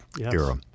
era